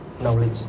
knowledge